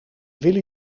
willen